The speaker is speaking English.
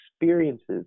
experiences